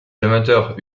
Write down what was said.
amateurs